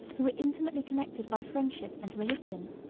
who were intimately connected by friendship and religion,